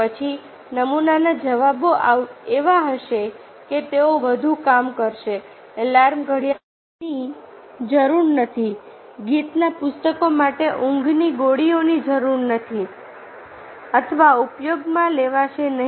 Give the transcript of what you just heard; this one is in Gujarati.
પછી નમૂનાના જવાબો એવા હશે કે તેઓ વધુ કામ કરશે એલાર્મ ઘડિયાળોની જરૂર નથી ગીતના પુસ્તકો માટે ઊંઘની ગોળીઓની જરૂર નથી અથવા ઉપયોગમાં લેવાશે નહીં